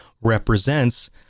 represents